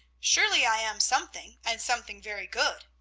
surely i am something, and something very good,